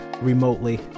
remotely